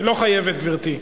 לא חייבת, גברתי.